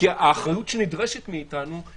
כי האחריות שנדרשת מאתנו,